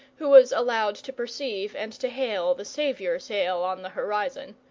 who was allowed to perceive and to hail the saviour-sail on the horizon.